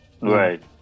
right